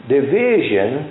Division